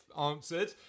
answered